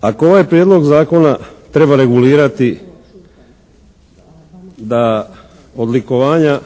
Ako ovaj Prijedlog zakona treba regulirati da odlikovanja